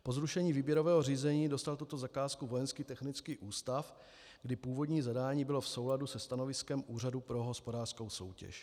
Po zrušení výběrového řízení dostal tuto zakázku Vojenský technický ústav, kdy původní zadání bylo v souladu se stanoviskem Úřadu pro hospodářskou soutěž.